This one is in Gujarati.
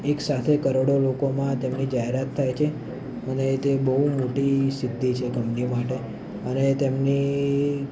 એક સાથે કરોડો લોકોમાં તેમની જાહેરાત થાય છે અને તે બહુ મોટી સિદ્ધિ છે કંપનીઓ માટે અને તેમની